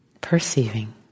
perceiving